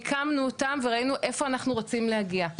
מיקמנו אותם וראינו איפה אנחנו רוצים להגיע,